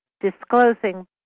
disclosing